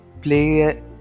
play